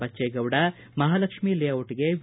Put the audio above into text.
ಬಚ್ಹೇಗೌಡ ಮಹಾಲಕ್ಷ್ಮೀ ಲೇಔಟ್ಗೆ ಎ